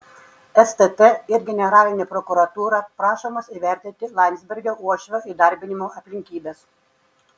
stt ir generalinė prokuratūra prašomos įvertinti landsbergio uošvio įdarbinimo aplinkybes